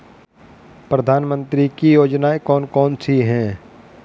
प्रधानमंत्री की योजनाएं कौन कौन सी हैं?